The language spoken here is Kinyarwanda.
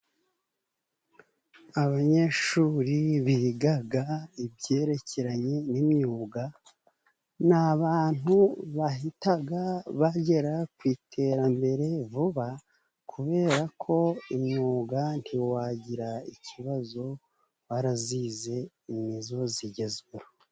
Abanyeshuri biga ibyerekeranye n'imyuga, ni abantu bahita bagera ku iterambere vuba, kubera ko imyuga ntiwagira ikibazo warayize, ni yo igezweho.